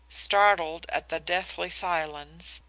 startled at the deathly silence,